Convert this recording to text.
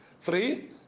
Three